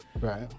Right